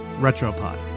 Retropod